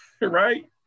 right